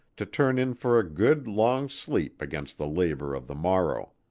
to turn in for a good, long sleep against the labor of the morrow.